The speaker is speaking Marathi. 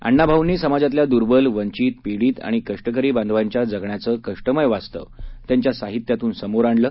अण्णाभाऊंनी समाजातल्या दुर्बल वंचित पिडीत कष्टकरी बांधवांच्या जगण्याचं कष्टमय वास्तव त्यांच्या साहित्यातून समोर आणलं